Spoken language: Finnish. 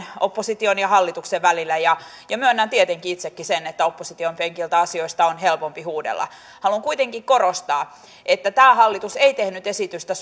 opposition ja hallituksen välillä ja ja myönnän tietenkin itsekin sen että opposition penkiltä asioista on helpompi huudella haluan kuitenkin korostaa että tämä hallitus ei tehnyt esitystä